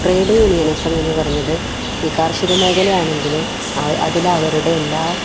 trade unionism എന്ന് പറഞ്ഞത് ഈ കാർഷിക മേഖലയാണെങ്കിൽ അതിൽ അവരുടെ എല്ലാ